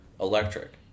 electric